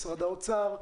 משרד האוצר,